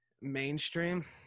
Mainstream